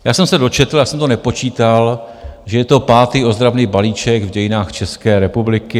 Já jsem se dočetl, já jsem to nepočítal, že je to pátý ozdravný balíček v dějinách České republiky.